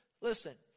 Listen